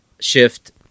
shift